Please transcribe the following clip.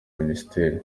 minisiteri